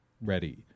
ready